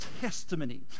testimony